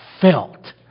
felt